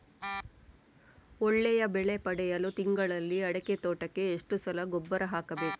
ಒಳ್ಳೆಯ ಬೆಲೆ ಪಡೆಯಲು ತಿಂಗಳಲ್ಲಿ ಅಡಿಕೆ ತೋಟಕ್ಕೆ ಎಷ್ಟು ಸಲ ಗೊಬ್ಬರ ಹಾಕಬೇಕು?